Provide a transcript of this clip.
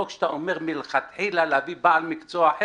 אבל לא כשאתה אומר מלכתחילה להביא בעל מקצוע אחר,